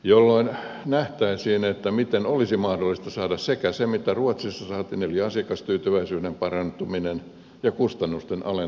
tällöin nähtäisiin miten olisi mahdollista saada se mitä ruotsissa saatiin eli asiakastyytyväisyyden parantuminen ja kustannusten alentuminen samanaikaisesti